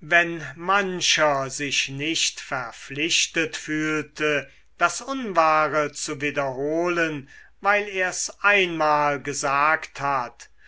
wenn mancher sich nicht verpflichtet fühlte das unwahre zu wiederholen weil er's einmal gesagt hat